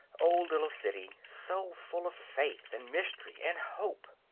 oh little city, so full of faith, and mystery, and hope,